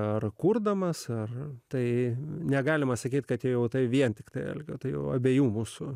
ar kurdamas ar tai negalima sakyti kad jei o tai vien tiktai algio tai abiejų mūsų